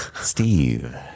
steve